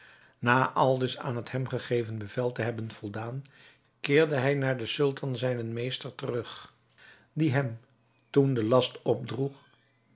na aldus aan het hem gegeven bevel te hebben voldaan keerde hij naar den sultan zijnen meester terug die hem toen den last opdroeg